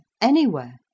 anywhere